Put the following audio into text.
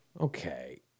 Okay